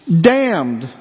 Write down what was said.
Damned